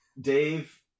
Dave